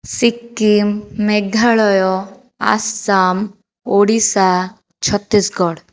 Sikkim Meghalaya Assam Odisha Chhattisgarh